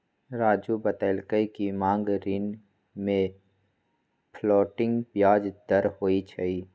राज़ू बतलकई कि मांग ऋण में फ्लोटिंग ब्याज दर होई छई